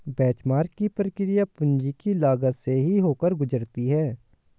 benchmark की प्रक्रिया पूंजी की लागत से ही होकर गुजरती है